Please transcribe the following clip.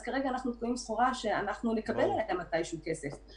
אז כרגע אנחנו תקועים עם סחורה שאנחנו נקבל עליה מתישהו כסף,